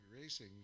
Racing